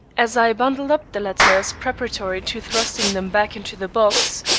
as i bundled up the letters preparatory to thrusting them back into the box,